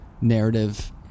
narrative